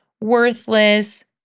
worthless